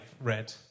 read